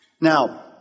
Now